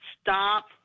stop